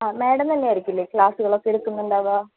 ആ മാഡം തന്നെയായിരിക്കില്ലേ ക്ലാസ്സുകളൊക്കെ എടുക്കുന്നുണ്ടാവുക